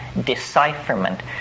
decipherment